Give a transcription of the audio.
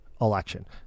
election